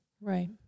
right